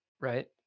right